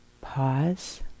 Pause